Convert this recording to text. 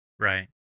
Right